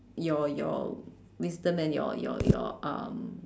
your your wisdom and your your your um